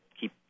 keep